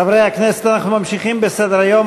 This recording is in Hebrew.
חברי הכנסת, אנחנו ממשיכים בסדר-היום.